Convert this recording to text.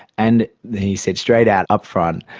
and he said straight out, upfront,